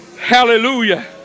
Hallelujah